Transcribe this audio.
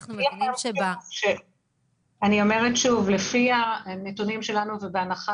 אנחנו מבינים לפי הנתונים שלנו ובהנחה